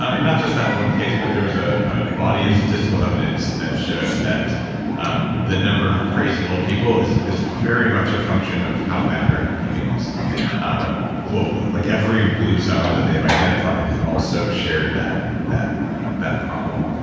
ah not just that one case but there was ah a body of statistical evidence that shows that um the number of crazy old people is is very much a function of how bad record keeping is globally. like every blue zone that they've identified also shared that that problem.